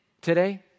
today